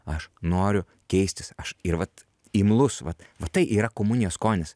aš noriu keistis aš ir vat imlus vat va tai yra komunijos skonis